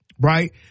right